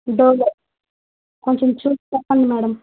డోలో కొంచెం చూసి చెప్పండి మేడమ్